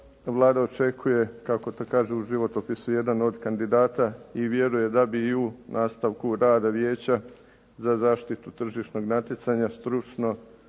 Vlada očekuje, kako to kaže u životopisu jedan od kandidata, i vjeruje da bi i u nastavku rada Vijeća za zaštitu tržišnog natjecanja stručno